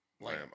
Lamb